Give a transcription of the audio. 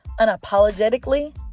unapologetically